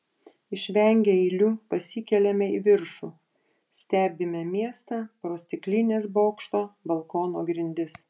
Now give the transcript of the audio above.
išvengę eilių pasikeliame į viršų stebime miestą pro stiklines bokšto balkono grindis